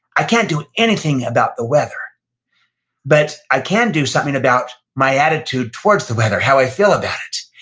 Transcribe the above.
i can't do anything about the weather but i can do something about my attitude towards the weather, how i feel about it,